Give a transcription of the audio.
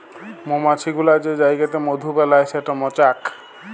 মমাছি গুলা যে জাইগাতে মধু বেলায় সেট মচাক